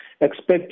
expect